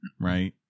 right